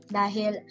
dahil